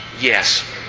Yes